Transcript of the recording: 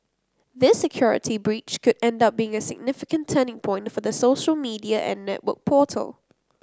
this security breach could end up being a significant turning point for the social media and network portal